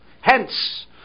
Hence